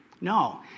No